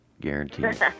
guaranteed